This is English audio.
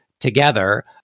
together